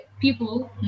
people